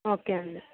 okay అండి